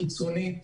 קיצוני,